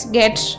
get